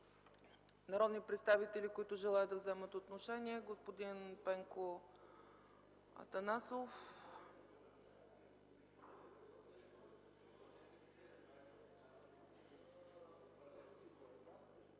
Народни представители, които желаят да вземат отношение? Господин Пенко Атанасов.